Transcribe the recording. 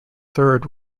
third